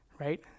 Right